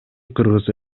кыргыз